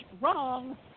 wrong